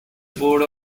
board